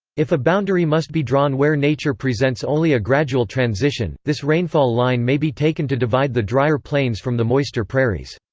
if a boundary must be drawn where nature presents only a gradual transition, this rainfall line may be taken to divide the drier plains from the moister prairies.